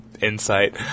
insight